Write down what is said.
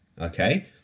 okay